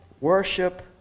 Worship